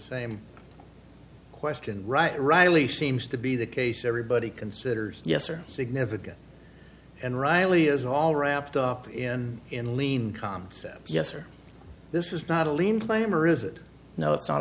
same question right riley seems to be the case everybody considers yes or significant and riley is all wrapped up in in lean concepts yes or this is not a lean flame or is it no it's not